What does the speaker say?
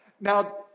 Now